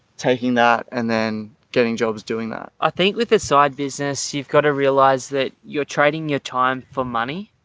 taking that and then getting jobs doing that. i think with a side business, you've got to realize that you're trading your time for money.